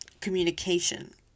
communication